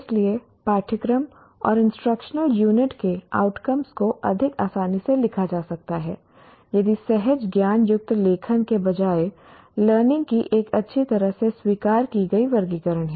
इसलिए पाठ्यक्रम और इंस्ट्रक्शनल यूनिट के आउटकम को अधिक आसानी से लिखा जा सकता है यदि सहज ज्ञान युक्त लेखन के बजाय लर्निंग की एक अच्छी तरह से स्वीकार की गई वर्गीकरण है